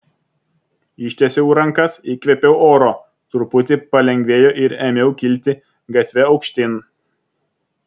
ištiesiau rankas įkvėpiau oro truputį palengvėjo ir ėmiau kilti gatve aukštyn